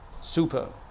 super